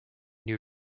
new